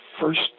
first